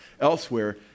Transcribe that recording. elsewhere